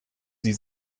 sie